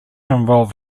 involve